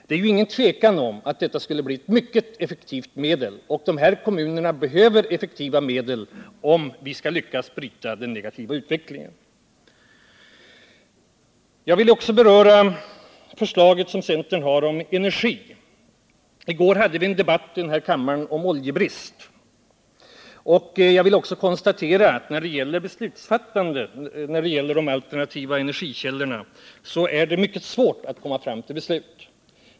Det är inget tvivel om att detta skulle bli ett mycket effektivt medel, och dessa kommuner behöver effektiva medel om vi skall lyckas bryta den negativa utvecklingen. Vidare skall jag beröra det förslag som centern har om energi. I går hade vi en debatt i denna kammare om oljebrist. När det gäller beslutsfattandet om de alternativa energikällorna vill jag konstatera att det är mycket svårt att få fram beslut.